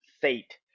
Fate